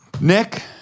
Nick